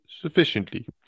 sufficiently